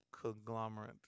conglomerate